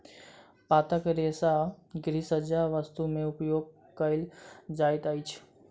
पातक रेशा गृहसज्जा वस्तु में उपयोग कयल जाइत अछि